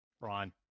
Ron